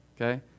okay